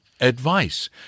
advice